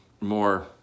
more